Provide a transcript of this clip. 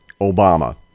Obama